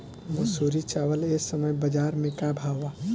मंसूरी चावल एह समय बजार में का भाव बा?